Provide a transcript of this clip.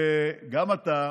שגם אתה,